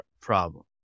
problem